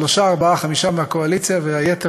שלושה-ארבעה-חמישה מהקואליציה והיתר